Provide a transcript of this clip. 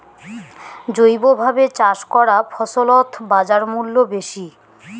জৈবভাবে চাষ করা ফছলত বাজারমূল্য বেশি